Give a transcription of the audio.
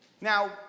Now